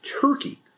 Turkey